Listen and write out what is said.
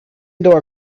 door